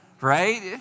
right